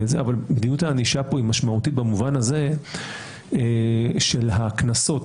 אבל מדיניות הענישה פה היא משמעותית במובן הזה של הקנסות.